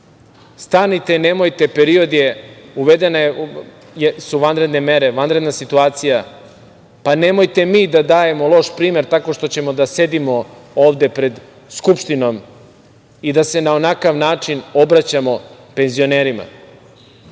„Stanite, nemojte! Uvedene su vanredne mere, vanredna situacija. Nemojte mi da dajemo loš primer tako što ćemo da sedimo ovde pred Skupštinom i da se na onakav način obraćamo penzionerima.